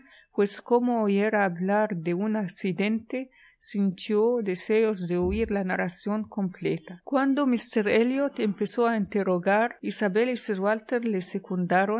pues como oyera hablar de un accidente sintió deseos de oír la narración completa cuando míster elliot empezó a interrogar isabel y sir